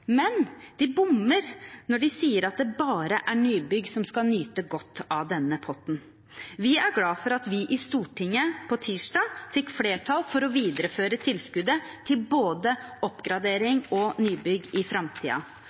men de bommer når de sier at det bare er nybygg som skal få nyte godt av denne potten. Vi er glad for at vi i Stortinget tirsdag fikk flertall for å videreføre tilskuddet til både oppgradering og nybygg i